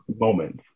moments